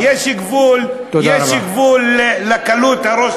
יש גבול, יש גבול לקלות הראש.